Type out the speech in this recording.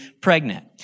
pregnant